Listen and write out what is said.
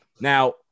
now